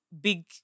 big